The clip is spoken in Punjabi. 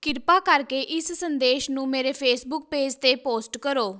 ਕਿਰਪਾ ਕਰਕੇ ਇਸ ਸੰਦੇਸ਼ ਨੂੰ ਮੇਰੇ ਫੇਸਬੁੱਕ ਪੇਜ਼ 'ਤੇ ਪੋਸਟ ਕਰੋ